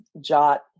jot